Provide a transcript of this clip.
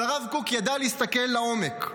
אבל הרב קוק ידע להסתכל לעומק,